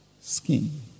Skin